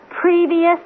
previous